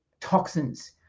toxins